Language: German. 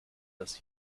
dass